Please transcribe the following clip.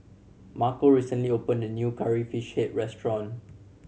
Marco recently opened a new Curry Fish Head restaurant